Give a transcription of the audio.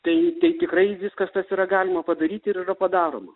tai tai tikrai viskas tas yra galima padaryti ir yra padaroma